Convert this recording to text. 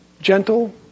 gentle